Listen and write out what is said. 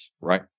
right